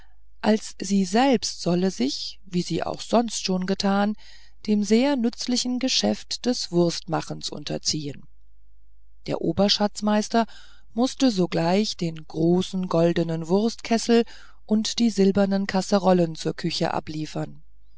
als sie selbst sollte sich wie sie auch sonst schon getan dem sehr nützlichen geschäft des wurstmachens unterziehen der oberschatzmeister mußte sogleich den großen goldnen wurstkessel und die silbernen kasserollen zur küche abliefern